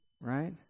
Right